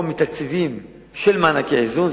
או מתקציבים של מענקי איזון,